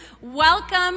Welcome